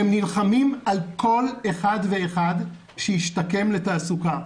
הם נלחמים על כל אחד ואחד שישתקם לתעסוקה,